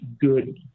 good